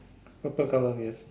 purple colour yes